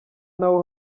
naho